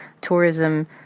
tourism